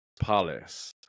Palace